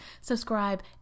subscribe